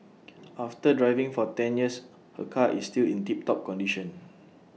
after driving for ten years her car is still in tip top condition